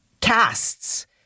casts